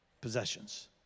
possessions